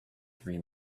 three